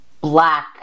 black